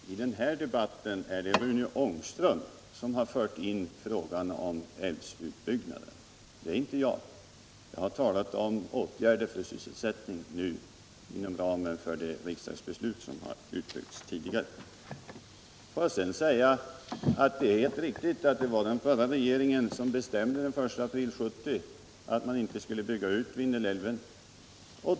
Herr talman! I den här debatten är det Rune Ångström som har fört in frågan om älvens utbyggnad och inte jag. Jag har talat om åtgärder för sysselsättning nu inom ramen för det riksdagsbeslut som har fattats tidigare. Det är helt riktigt att det var den förra regeringen som den 1 april 1970 bestämde att man inte skulle bygga ut Vindelälven.